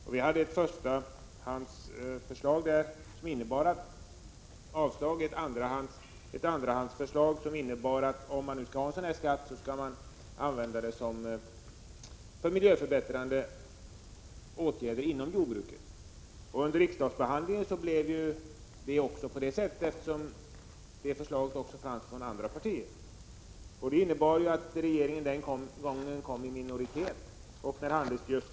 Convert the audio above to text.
Vid denna tidpunkt hade vi ett förslag som innebar att om man skall införa en sådan skatt skall man använda de pengar som skatten tillför för att vidta miljöförbättrande åtgärder inom jordbruket. Under riksdagsbehandlingen framkom att ett sådant förslag även förelåg från andra partier. Detta innebar att regeringen den gången inte fick sitt förslag antaget av riksdagsmajoriteten.